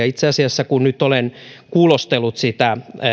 itse asiassa kun nyt olen kuulostellut sitä